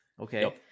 Okay